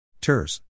Turs